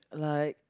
like